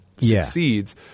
succeeds